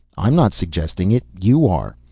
i'm not suggesting it you are.